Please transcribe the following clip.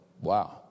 Wow